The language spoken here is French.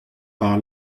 par